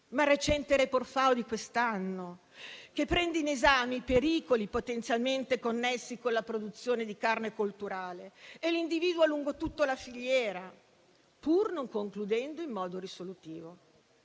ma il recente *report* FAO di quest'anno, che prende in esame i pericoli potenzialmente connessi con la produzione di carne colturale e li individua lungo tutto la filiera, pur non concludendo in modo risolutivo.